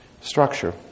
structure